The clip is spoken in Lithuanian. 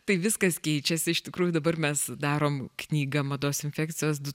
tai viskas keičiasi iš tikrųjų dabar mes darom knygą mados infekcijos du